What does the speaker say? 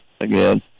again